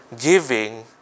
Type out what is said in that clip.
Giving